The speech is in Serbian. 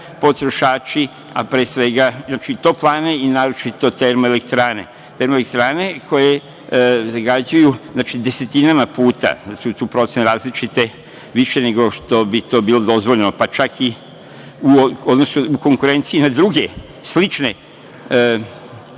potrošači, a pre svega toplane i naročito termoelektrane koje zagađuju desetinama puta, tu su procene različite, više nego što bi to bilo dozvoljeno, pa čak i u konkurenciji sa drugim sličnim